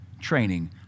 training